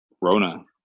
Rona